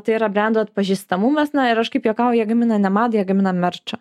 tai yra brendo atpažįstamumas na ir aš kaip juokauju jie gamina ne madą jie gamina merčą